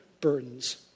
burdens